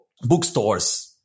bookstores